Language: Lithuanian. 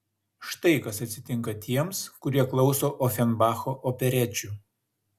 štai kas atsitinka tiems kurie klauso ofenbacho operečių